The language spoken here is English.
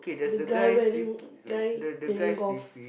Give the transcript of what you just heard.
the guy wearing guy playing golf